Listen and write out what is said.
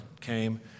came